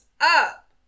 up